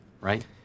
right